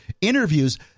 interviews